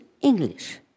English